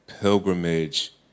pilgrimage